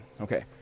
okay